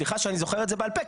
סליחה שאני זוכר את זה בעל פה,